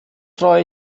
freue